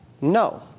no